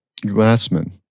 Glassman